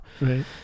right